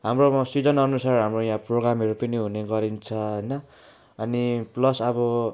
हाम्रोमा सिजन अनुसार हाम्रो यहाँ प्रोग्रामहरू पनि हुने गरिन्छ होइन अनि प्लस अब